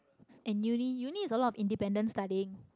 and uni uni is a lot of independent studying